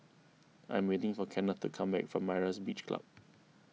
I am waiting for Kennth to come back from Myra's Beach Club